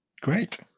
Great